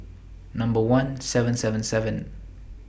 Number one seven seven seven